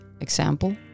example